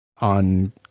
on